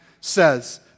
says